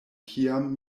kiam